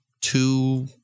two